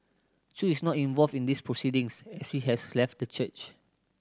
chew is not involved in these proceedings as he has left the church